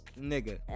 Nigga